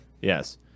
yes